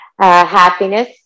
happiness